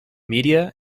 media